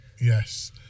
Yes